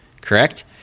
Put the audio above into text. Correct